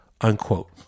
Unquote